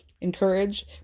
encourage